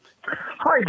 Hi